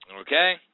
okay